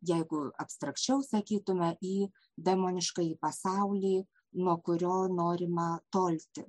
jeigu abstrakčiau sakytume į demoniškąjį pasaulį nuo kurio norima tolti